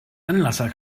anlasser